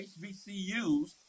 HBCUs